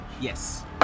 Yes